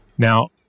Now